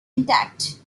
intact